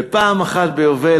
ופעם אחת ביובל,